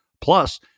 plus